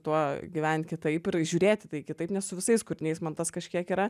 tuo gyvent kitaip ir žiūrėt į tai kitaip nes su visais kūriniais man tas kažkiek yra